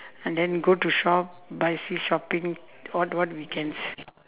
and then go to shop buy see shopping what what we can